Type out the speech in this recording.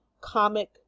comic